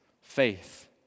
faith